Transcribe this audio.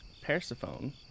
Persephone